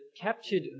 captured